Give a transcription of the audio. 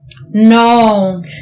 No